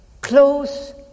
close